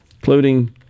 including